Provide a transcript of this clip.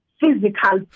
physical